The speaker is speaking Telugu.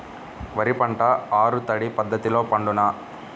వరి పంట ఆరు తడి పద్ధతిలో పండునా?